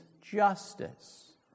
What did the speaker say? justice